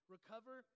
Recover